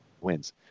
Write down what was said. wins